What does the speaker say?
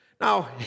Now